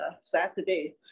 Saturday